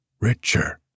richer